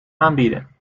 aanbieden